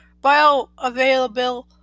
bioavailable